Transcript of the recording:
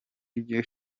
ryo